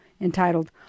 entitled